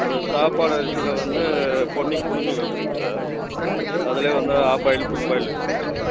அது சாப்பாடு அரிசியில் வந்து பொன்னி புலுங்கல் இருக்குதுங்க சார் அதுலேயே வந்து ஆஃபாயில் ஃபுல்பாயில் இருக்குதுங்க சார்